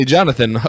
Jonathan